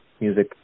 music